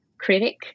critic